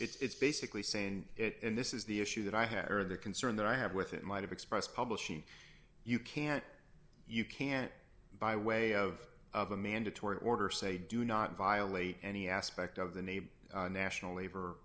injunction it's basically saying it and this is the issue that i have heard that concern that i have with it might have expressed publishing you can't you can't by way of of a mandatory order say do not violate any aspect of the name national labor